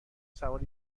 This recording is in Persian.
سوار